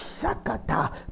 Shakata